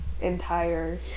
entire